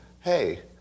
Hey